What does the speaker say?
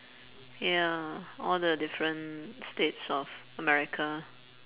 ya all the different states of america